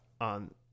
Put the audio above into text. on